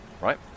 Right